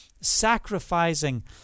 sacrificing